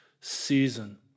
season